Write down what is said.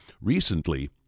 Recently